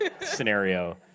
scenario